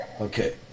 Okay